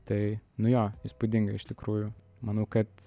tai nu jo įspūdinga iš tikrųjų manau kad